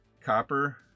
copper